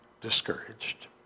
discouraged